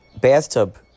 bathtub